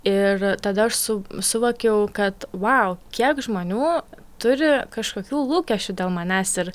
ir tada aš su suvokiau kad vau kiek žmonių turi kažkokių lūkesčių dėl manęs ir